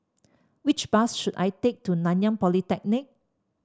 which bus should I take to Nanyang Polytechnic